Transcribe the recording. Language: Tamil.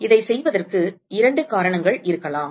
எனவே இதைச் செய்வதற்கு இரண்டு காரணங்கள் இருக்கலாம்